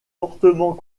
fortement